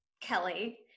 kelly